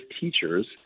teachers